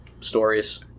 stories